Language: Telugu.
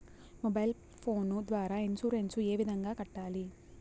మొబైల్ ఫోను ద్వారా ఇన్సూరెన్సు ఏ విధంగా కట్టాలి